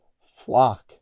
flock